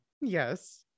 yes